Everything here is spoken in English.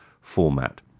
format